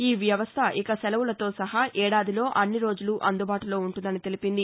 ఈ వ్యవస్థ ఇక సెలవులతో సహా ఏడాదిలో అన్ని రోజులూ అందుబాటులో ఉంటుందని తెలిపింది